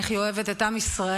איך היא אוהבת את עם ישראל,